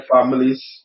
families